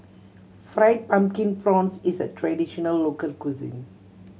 Fried Pumpkin Prawns is a traditional local cuisine